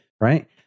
Right